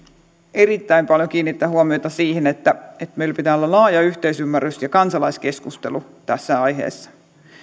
erittäin paljon kiinnittää huomiota siihen että meillä pitää olla laaja yhteisymmärrys ja kansalaiskeskustelu tässä aiheessa